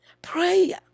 prayer